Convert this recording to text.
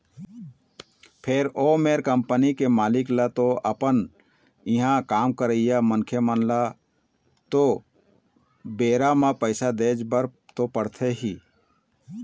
फेर ओ मेर कंपनी के मालिक ल तो अपन इहाँ काम करइया मनखे मन ल तो बेरा म पइसा देय बर तो पड़थे ही